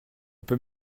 peux